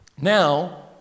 Now